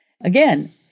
Again